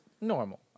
normal